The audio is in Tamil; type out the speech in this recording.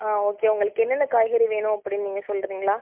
ஆ ஓகே உங்களுக்கு என்னென்ன காய்கறி வேணும் அப்படின்னு நீங்கள் சொல்லுறிங்களா